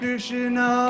Krishna